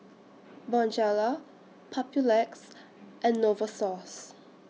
Bonjela Papulex and Novosource